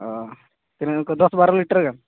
ᱚᱻ ᱫᱚᱥᱼᱵᱟᱨᱚ ᱞᱤᱴᱟᱨ ᱜᱟᱱ